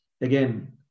again